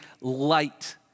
light